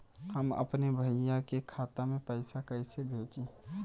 हम अपने भईया के खाता में पैसा कईसे भेजी?